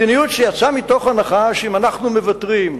מדיניות שיצאה מתוך הנחה שאם אנחנו מוותרים,